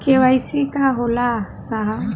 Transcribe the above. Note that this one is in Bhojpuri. के.वाइ.सी का होला साहब?